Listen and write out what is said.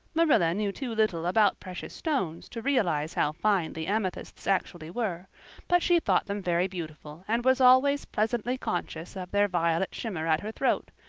marilla knew too little about precious stones to realize how fine the amethysts actually were but she thought them very beautiful and was always pleasantly conscious of their violet shimmer at her throat,